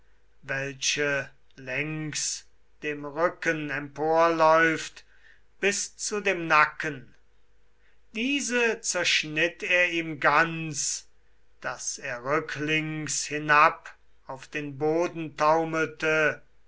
welche längs dem rücken emporläuft bis zu dem nacken diese zerschnitt er ihm ganz daß er rücklings hinab auf den boden